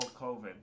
COVID